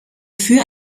für